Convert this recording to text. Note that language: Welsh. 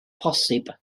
posib